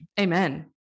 amen